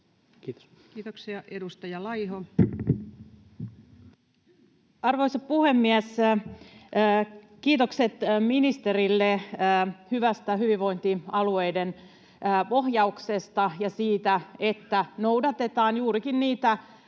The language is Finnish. Kiitoksia. — Edustaja Laiho. Arvoisa puhemies! Kiitokset ministerille hyvästä hyvinvointialueiden ohjauksesta ja siitä, että noudatetaan juurikin niitä